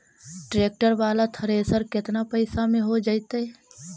Tractor बाला thresher केतना पैसा में हो जैतै?